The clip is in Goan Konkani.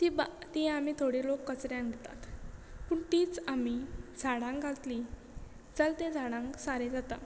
ती बा ती आमी थोडी लोक कचऱ्यांक दितात पूण तीच आमी झाडांक घातली जाल्यार तें झाडांक सारें जाता